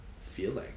feeling